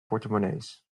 portemonnees